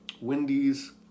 Wendy's